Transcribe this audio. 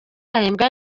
ahembwa